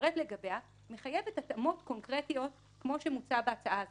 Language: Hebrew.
שנפרט לגביה מחייבת התאמות קונקרטיות כמו שמוצע בהצעה הזאת,